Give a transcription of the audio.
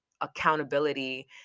accountability